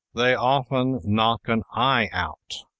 they often knock an i out.